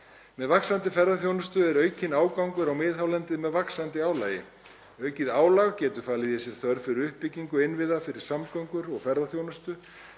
Með vaxandi ferðaþjónustu er aukinn ágangur á miðhálendið með vaxandi álagi. Aukið álag getur falið í sér þörf fyrir uppbyggingu innviða fyrir samgöngur og ferðaþjónustu,